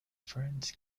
ferns